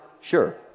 sure